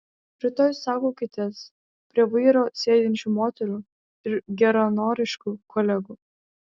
rytoj saugokitės prie vairo sėdinčių moterų ir geranoriškų kolegų